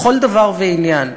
בכל דבר ועניין: